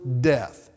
death